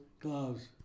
Gloves